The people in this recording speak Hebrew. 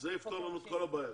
זה יפתור לנו את כל הבעיה.